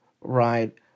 Right